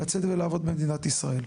לצאת ולעבוד במדינת ישראל?